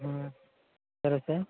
సరే సార్